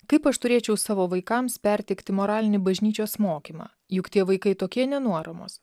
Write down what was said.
kaip aš turėčiau savo vaikams perteikti moralinį bažnyčios mokymą juk tie vaikai tokie nenuoramos